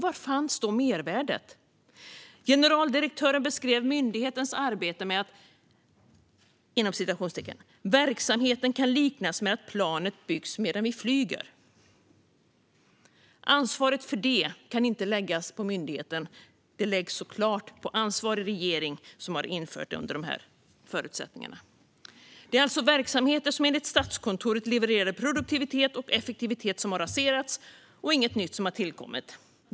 Var finns då mervärdet? Generaldirektören beskrev myndighetens arbete med att "verksamheten kan liknas med att planet byggs medan vi flyger". Ansvaret för detta kan inte läggas på myndigheten; det läggs såklart på ansvarig regering som har infört detta under sådana förutsättningar. Det handlar alltså verksamheter som enligt Statskontoret levererade produktivitet och effektivitet som har raserats, och inget nytt har tillkommit.